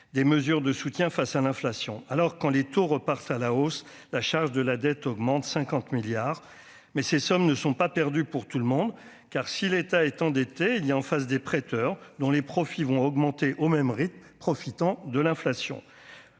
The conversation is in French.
des mesures de soutien face à l'inflation, alors quand les taux repartent à la hausse, la charge de la dette augmente de 50 milliards mais ces sommes ne sont pas perdus pour tout le monde, car si l'État est endetté, il y a en face des prêteurs dont les profits vont augmenter au même rythme, profitant de l'inflation,